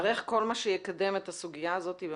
אנחנו נברך כל מה שיקדם את הסוגיה הזאת.